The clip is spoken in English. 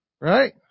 Right